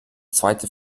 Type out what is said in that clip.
zweite